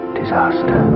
disaster